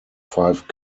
five